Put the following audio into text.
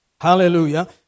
hallelujah